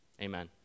Amen